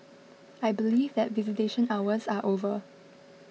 I believe that visitation hours are over